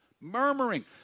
murmuring